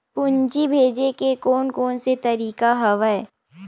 पूंजी भेजे के कोन कोन से तरीका हवय?